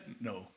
No